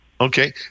Okay